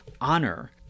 honor